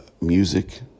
music